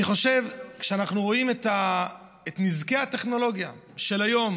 אני חושב שכשאנחנו רואים את נזקי הטכנולוגיה של היום,